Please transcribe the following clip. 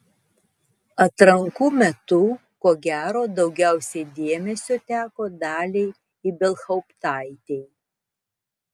atrankų metų ko gero daugiausiai dėmesio teko daliai ibelhauptaitei